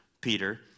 Peter